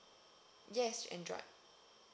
yes android